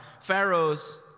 Pharaoh's